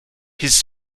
his